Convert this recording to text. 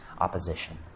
opposition